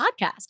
podcast